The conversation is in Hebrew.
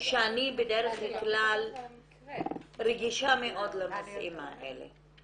שאני בדרך כלל רגישה מאוד לנושאים האלה.